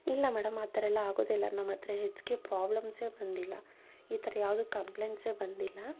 ಇಲ್ಲ ಮೇಡಮ್ ಆ ಥರ ಎಲ್ಲ ಆಗೋದಿಲ್ಲ ನಮ್ಮ ಹತ್ತಿರ ಹೆಚ್ಚಿಗೆ ಪ್ರಾಬ್ಲೆಮ್ಸೆ ಬಂದಿಲ್ಲ ಈ ಥರ ಯಾವುದೂ ಕಂಪ್ಲೆಂಟ್ಸೆ ಬಂದಿಲ್ಲ